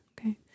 Okay